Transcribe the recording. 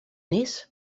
nis